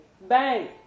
bang